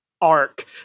arc